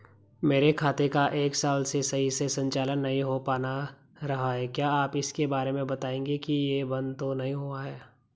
मेरे खाते का एक साल से सही से संचालन नहीं हो पाना रहा है क्या आप इसके बारे में बताएँगे कि ये बन्द तो नहीं हुआ है?